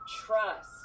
trust